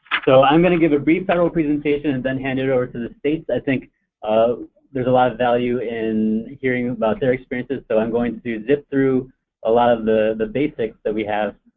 so i'm going to give a brief federal presentation and then hand it over to the states. i think there's a lot of value in hearing about their experiences so i'm going to zip through a lot of the the basics that we have